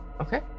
Okay